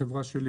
החברה שלי